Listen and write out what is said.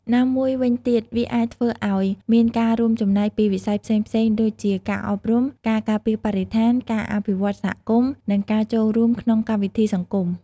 ណាមួយវិញទៀតវាអាចធ្វើឲ្យមានការរួមចំណែកពីវិស័យផ្សេងៗដូចជាការអប់រំ ការការពារបរិស្ថាន ការអភិវឌ្ឍសហគមន៍ និងការចូលរួមក្នុងកម្មវិធីសង្គម។